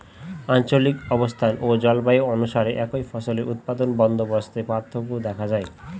আঞ্চলিক অবস্থান ও জলবায়ু অনুসারে একই ফসলের উৎপাদন বন্দোবস্তে পার্থক্য দেখা যায়